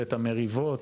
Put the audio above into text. ואת המריבות,